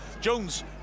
Jones